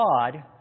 God